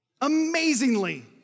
amazingly